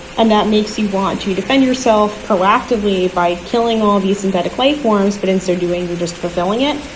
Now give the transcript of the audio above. and that makes you want to defend yourself proactively by killing all these synthetic lifeforms. but in so doing, you're just fulfilling it.